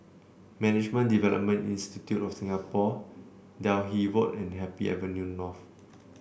Management Development Institute of Singapore Delhi Road and Happy Avenue North